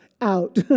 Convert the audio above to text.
out